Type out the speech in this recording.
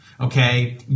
Okay